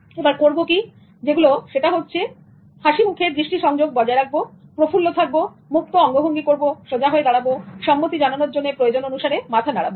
এবারে করবো যেগুলো সেগুলো হলো হাসিমুখে দৃষ্টি সংযোগ বজায় রাখব প্রফুল্ল থাকবো মুক্ত অঙ্গভঙ্গি করব সোজা হয়ে দাঁড়াবো সম্মতি জানানোর জন্য প্রয়োজন অনুসারে মাথা নাড়াবো